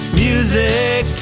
music